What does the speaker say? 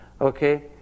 Okay